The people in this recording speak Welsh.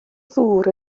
ddŵr